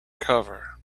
cover